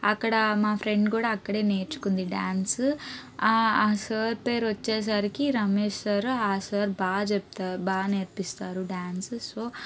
అక్కడ మా ఫ్రెండ్ కూడ అక్కడే నేర్చుకుంది డ్యాన్స్ ఆ సార్ పేరు వచ్చేసరికి రమేష్ సార్ ఆ సార్ బాగా చెప్తారు బాగా నేర్పిస్తారు డ్యాన్స్ సో